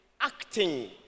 acting